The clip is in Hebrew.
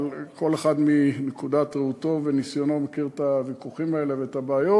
אבל כל אחד מנקודת ראותו וניסיונו מכיר את הוויכוחים האלה ואת הבעיות,